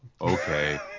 okay